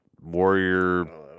warrior